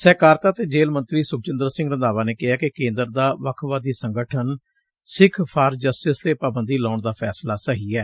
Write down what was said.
ਸਹਿਕਾਰਤਾ ਤੇ ਜੇਲੁ ਮੰਤਰੀ ਸੁਖਜੰਦਰ ਸਿੰਘ ਰੰਧਾਵਾ ਨੇ ਕਿਹਾ ਕਿ ਕੇਂਦਰ ਦਾ ਵੱਖਵਾਦੀ ਸੰਗਠਨ ਸਿਖਸ ਫਾਰ ਜਸਟਿਸ ਤੇ ਪਾਬੰਦੀ ਲਾਉਣ ਦਾ ਫੈਸਲਾ ਸਹੀ ਐ